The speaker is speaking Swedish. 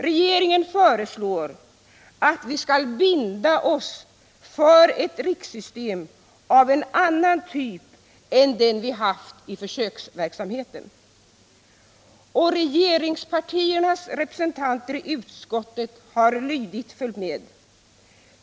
Regeringen föreslår att vi skall binda oss för ett rikssystem av en annan typ än den vi haft i försöksverksamheten. Och regeringspartiernas representanter i utskottet har lydigt följt med.